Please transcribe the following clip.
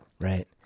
right